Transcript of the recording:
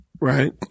Right